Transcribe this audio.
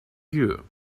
you